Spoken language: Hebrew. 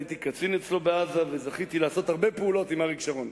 הייתי קצין אצלו בעזה וזכיתי לעשות הרבה פעולות עם אריק שרון.